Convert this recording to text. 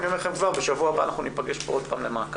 אני אומר לכם כבר בשבוע הבא אנחנו ניפגש פה עוד פעם למעקב,